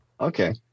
Okay